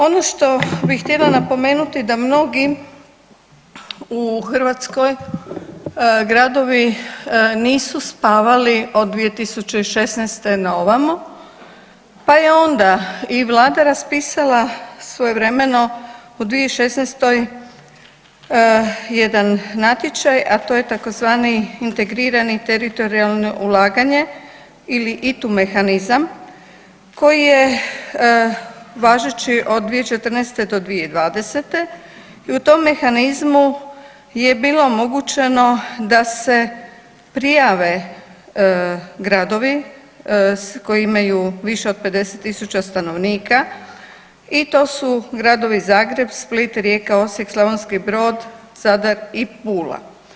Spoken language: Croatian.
Ono što bi htjela napomenuti da mnogi u Hrvatskoj gradovi nisu spavali od 2016. na ovamo pa je onda i Vlada raspisala svojevremeno u 2016. jedan natječaj, a to je tzv. integrirani teritorijalno ulaganje ili ITU mehanizam, koji je važeći od 2014. do 2020. i u tom mehanizmu je bilo omogućeno da se prijave gradovi koji imaju više od 50 000 stanovnika i to su gradovi Zagreb, Split, Rijeka, Osijek, Slavonski Brod sada i Pula.